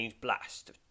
blast